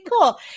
cool